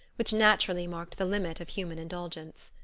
which naturally marked the limit of human indulgence.